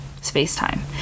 space-time